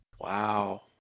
Wow